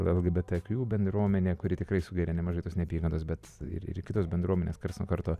lgbt kju bendruomenė kuri tikrai sugeria nemažai tos neapykantos bet ir kitos bendruomenės karts nuo karto